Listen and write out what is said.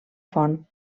font